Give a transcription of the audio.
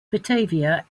batavia